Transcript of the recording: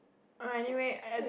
err anyway add~